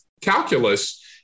calculus